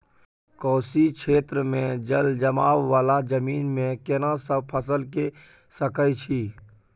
कोशी क्षेत्र मे जलजमाव वाला जमीन मे केना सब फसल के सकय छी?